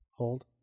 Hold